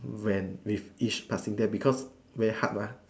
when with each passing day because very hard mah